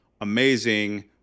amazing